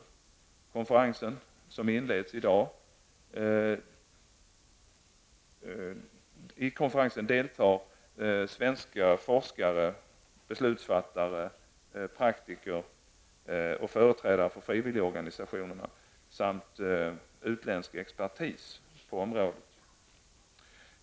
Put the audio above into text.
I konferensen som inleds i dag deltar svenska forskare, beslutsfattare, praktiker och företrädare för frivillligorganisationer samt utländsk expertis på området.